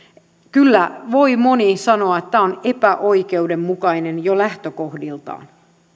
kyllä voi moni sanoa että tämä on epäoikeudenmukainen jo lähtökohdiltaan